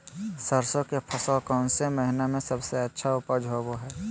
सरसों के फसल कौन महीना में सबसे अच्छा उपज होबो हय?